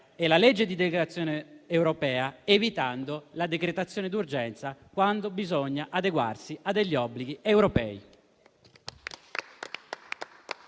e la legge di delegazione europea, evitando la decretazione d'urgenza quando bisogna adeguarsi a degli obblighi europei.